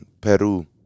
peru